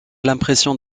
l’impression